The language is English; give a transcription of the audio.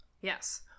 Yes